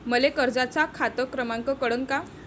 मले कर्जाचा खात क्रमांक कळन का?